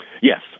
Yes